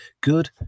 Good